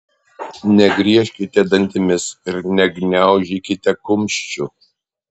negriežkite dantimis ir negniaužykite kumščių